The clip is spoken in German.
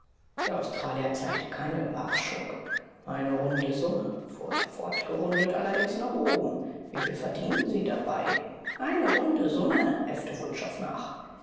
der australier zeigte keine überraschung eine runde summe fuhr er fort gerundet allerdings nach oben wieviel verdienen sie dabei eine runde summe äffte wutschow nach